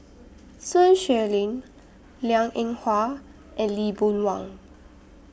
Sun Xueling Liang Eng Hwa and Lee Boon Wang